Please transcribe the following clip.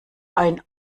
ein